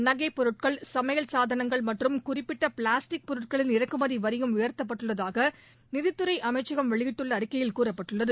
நகைப்பொருட்கள் சமையல் சாதனங்கள் மற்றும் குறிப்பிட்ட பிளாஸ்டிக் பொருட்களின் இறக்குமதி வரியும் உயர்த்தப்பட்டுள்ளதாக நிதித்துறை அமைச்சகம் வெளியிட்டுள்ள அறிக்கையில் கூறப்பட்டுள்ளது